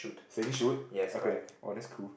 saying shoot okay [wah] that's cool